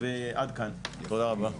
עד כאן, תודה רבה.